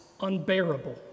unbearable